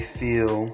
feel